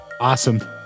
Awesome